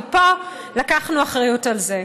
ופה לקחנו אחריות על זה.